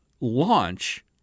launch